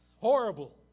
Horrible